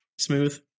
smooth